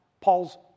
Paul's